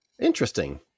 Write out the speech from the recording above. Interesting